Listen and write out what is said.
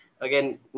Again